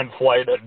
inflated